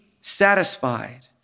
satisfied